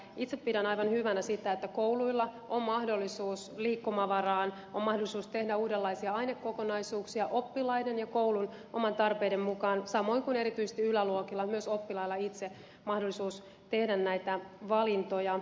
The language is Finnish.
itse pidän aivan hyvänä sitä että kouluilla on mahdollisuus liikkumavaraan on mahdollisuus tehdä uudenlaisia ainekokonaisuuksia oppilaiden ja koulun omien tarpeiden mukaan samoin kuin erityisesti yläluokilla myös oppilailla itsellään on mahdollisuus tehdä näitä valintoja